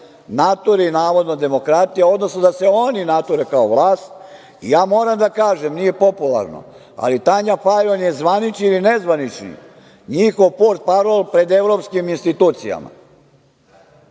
naturi navodno demokratija, odnosno da se oni nature kao vlast. Ja moram da kažem, nije popularno, ali Tanja Fajon je zvanični ili nezvanični njihov portparol pred evropskim institucijama,